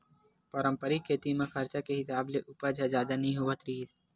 पारंपरिक खेती म खरचा के हिसाब ले उपज ह जादा नइ होवत रिहिस